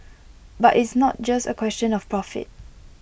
but it's not just A question of profit